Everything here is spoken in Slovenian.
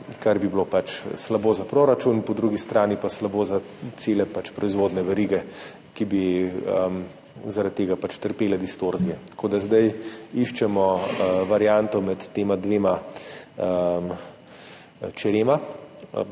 kar bi bilo pač slabo za proračun, po drugi strani pa slabo za cele proizvodne verige, ki bi zaradi tega pač trpele distorzije. Zdaj iščemo varianto med tema dvema čerema.